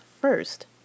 first